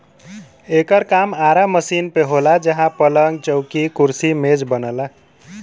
एकर काम आरा मशीन पे होला जहां पलंग, चौकी, कुर्सी मेज बनला